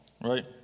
Right